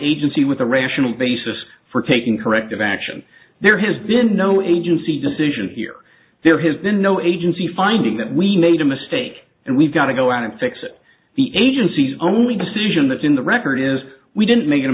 agency with a rational basis for taking corrective action there has been no agency decision here there has been no agency finding that we made a mistake and we've got to go out and fix the agency's only decision that's in the record is we didn't mak